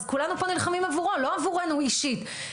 אז כולנו פה נלחמים עבורו לא עבורנו אישית.